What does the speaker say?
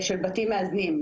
של בתים מאזנים.